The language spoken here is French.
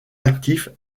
actifs